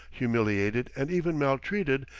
humiliated, and even maltreated,